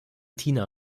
tina